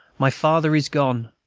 my father is gone,